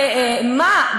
מה,